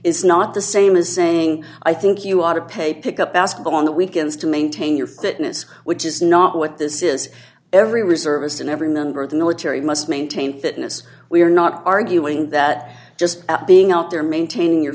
it's not the same as saying i think you ought to pay pick up basketball on the weekends to maintain your fitness which is not what this is every reservist and every member of the military must maintain that innes we're not arguing that just being out there maintaining your